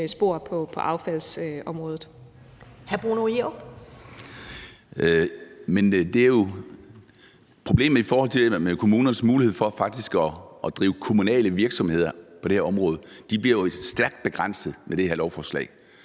Jerup. Kl. 15:44 Bruno Jerup (EL): Problemet handler om kommunernes muligheder for at drive kommunale virksomheder på det her område, og de bliver jo stærkt begrænset med det her lovforslag.